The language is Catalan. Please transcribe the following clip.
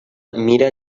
mira